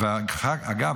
אגב,